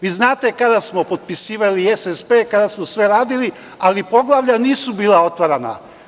Vi znate kada smo potpisivali SSP, kada smo sve radili, ali poglavlja nisu bila otvarana.